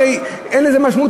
הרי אין לזה משמעות,